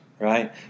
right